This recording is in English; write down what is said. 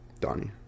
Donnie